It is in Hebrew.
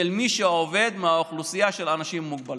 של מי שעובד מהאוכלוסייה של האנשים עם מוגבלויות.